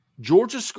Georgia –